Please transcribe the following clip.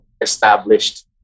established